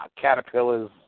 caterpillars